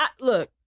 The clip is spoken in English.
look